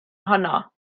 ohono